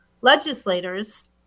legislators